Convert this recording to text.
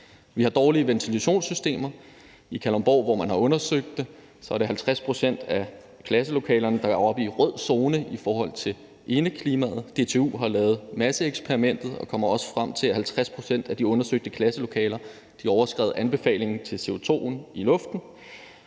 Vi har dårlige ventilationssystemer. I Kalundborg, hvor man har undersøgt det, er det 50 pct. af klasselokalerne, der er oppe i rød zone i forhold til indeklimaet. DTU har lavet et Masseeksperimentet og kommer også frem til, at 50 pct. af de undersøgte klasselokaler overskred anbefalingen i forhold til CO2 i luften.